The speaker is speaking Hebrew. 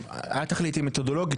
את תחליטי מתודולוגית,